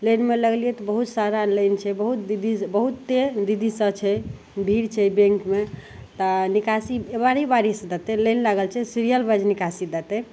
लाइनमे लागलिए तऽ बहुत सारा लाइन छै बहुत दीदी बहुते दीदीसभ छै भीड़ छै बैँकमे तऽ निकासी बारी बारीसे देतै लाइन लागल छै सीरिअल वाइज निकासी देतै